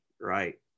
right